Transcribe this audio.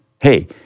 Hey